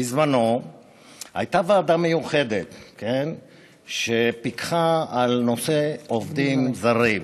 בזמנו הייתה ועדה מיוחדת שפיקחה על נושא עובדים זרים.